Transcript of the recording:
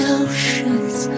oceans